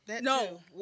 No